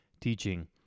teaching